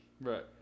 Right